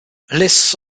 lists